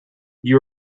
you